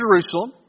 Jerusalem